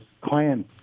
Klan